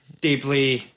deeply